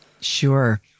Sure